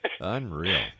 Unreal